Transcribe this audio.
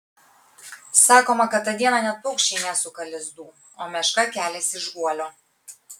sakoma kad tą dieną net paukščiai nesuka lizdų o meška keliasi iš guolio